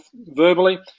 verbally